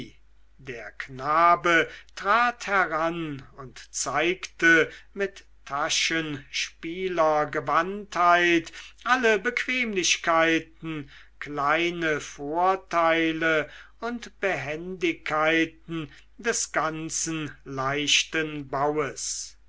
der knabe trat heran und zeigte mit taschenspielergewandtheit alle bequemlichkeiten kleine vorteile und behendigkeiten des ganzen leichten baues